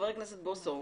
בקיר.